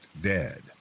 dead